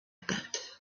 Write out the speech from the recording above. that